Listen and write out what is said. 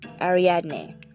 Ariadne